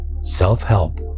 self-help